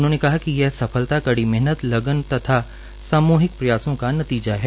उन्होंने कहा कि यह सफलता कड़ी मेहनत लगनअमन तथा सामूहिक प्रयासों का नतीजा है